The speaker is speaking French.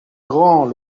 grand